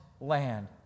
land